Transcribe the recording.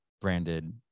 branded